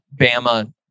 Bama